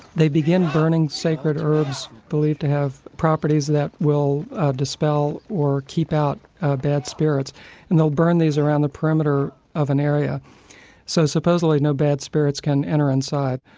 they begin burning sacred herbs believed to have properties that will dispel or keep out ah bad spirits and they'll burn these around the perimeter of an area so supposedly no bad spirits can enter inside.